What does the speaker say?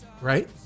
Right